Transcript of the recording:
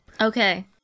Okay